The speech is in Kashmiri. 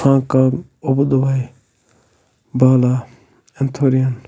ہانٛگ کانٛگ ابو دُبے بالا ایٚینتھوریَن